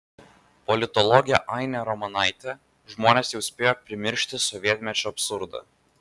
politologė ainė ramonaitė žmonės jau spėjo primiršti sovietmečio absurdą